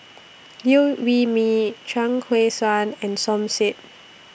Liew Wee Mee Chuang Hui Tsuan and Som Said